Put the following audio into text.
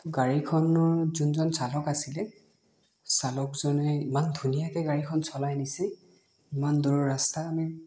গাড়ীখনৰ যোনজন চালক আছিলে চালকজনে ইমান ধুনীয়াকৈ গাড়ীখন চলাই নিছে ইমান দূৰ ৰাস্তা আমি